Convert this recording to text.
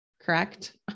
Correct